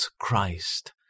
Christ